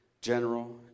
General